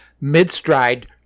mid-stride